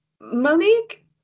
Monique